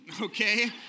okay